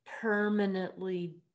permanently